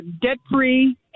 debt-free